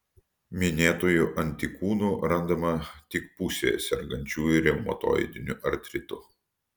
minėtųjų antikūnų randama tik pusėje sergančiųjų reumatoidiniu artritu